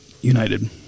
United